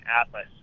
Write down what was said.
atlas